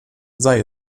sei